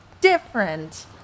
different